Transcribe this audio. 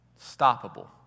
stoppable